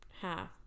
half